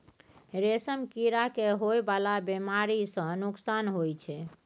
रेशम कीड़ा के होए वाला बेमारी सँ नुकसान होइ छै